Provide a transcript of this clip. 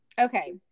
Okay